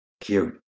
Cute